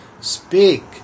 Speak